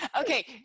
Okay